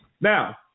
Now